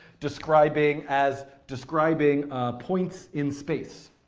describing as, describing points in space.